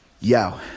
Yo